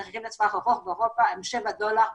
המחירים לטווח ארוך באירופה הם שבעה דולר,